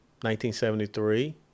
1973